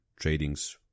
tradings